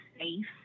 safe